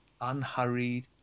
unhurried